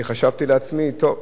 חשבתי לעצמי: טוב,